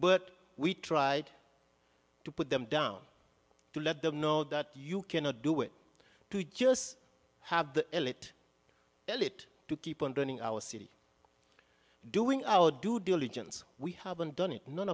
but we tried to put them down to let them know that you cannot do it to just have the elite tell it to keep on turning our city doing our due diligence we haven't done it none